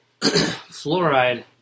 fluoride